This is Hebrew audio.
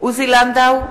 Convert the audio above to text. עוזי לנדאו,